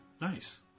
nice